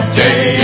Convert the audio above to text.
day